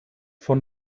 von